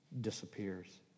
disappears